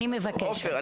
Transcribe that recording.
אני מבקשת --- עופר,